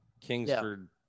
Kingsford